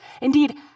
indeed